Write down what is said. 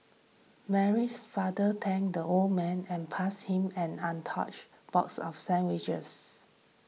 Mary's father thanked the old man and passed him an untouched box of sandwiches